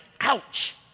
ouch